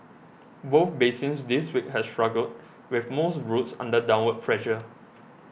both basins this week have struggled with most routes under downward pressure